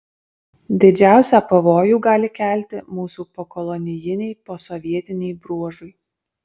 didžiausią pavojų gali kelti mūsų pokolonijiniai posovietiniai bruožai